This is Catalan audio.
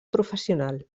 professional